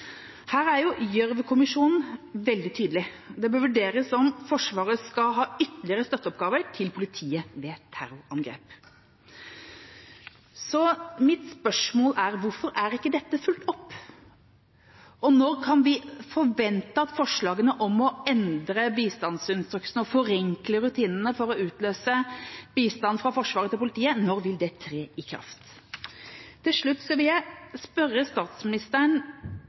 Her er Gjørv-kommisjonen veldig tydelig. Det bør vurderes om Forsvaret skal ha ytterligere støtteoppgaver til politiet ved terrorangrep. Så mitt spørsmål er: Hvorfor er ikke dette fulgt opp? Når kan vi forvente oppfølging av forslagene om å endre bistandsinstruksen og forenkle rutinene for å utløse bistand fra Forsvaret til politiet – når vil det tre i kraft? Til slutt vil jeg spørre statsministeren